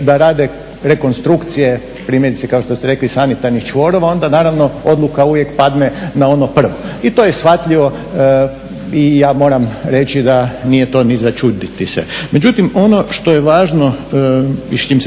da rade rekonstrukcije primjerice kao što ste rekli sanitarnih čvorova onda naravno odluka uvijek padne na ono prvo. I to je shvatljivo i ja moram reći da nije to ni za čuditi se. Međutim, ono što je važno i s